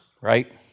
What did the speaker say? right